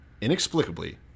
inexplicably